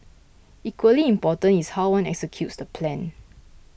equally important is how one executes the plan